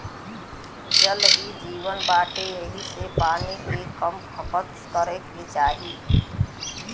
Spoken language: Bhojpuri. जल ही जीवन बाटे एही से पानी के कम खपत करे के चाही